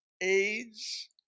AIDS